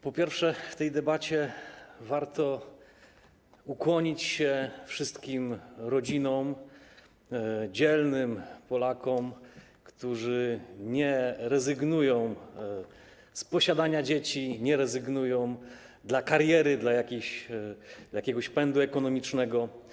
Po pierwsze, w tej debacie warto ukłonić się wszystkim rodzinom, dzielnym Polakom, którzy nie rezygnują z posiadania dzieci, nie rezygnują dla kariery, dla jakiegoś pędu ekonomicznego.